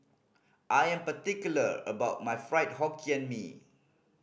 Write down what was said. I'm particular about my Fried Hokkien Mee